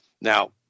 Now